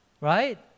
Right